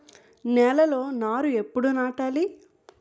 నేలలో నారు ఎప్పుడు నాటాలి?